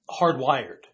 hardwired